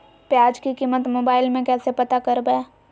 प्याज की कीमत मोबाइल में कैसे पता करबै?